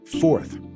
Fourth